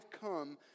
come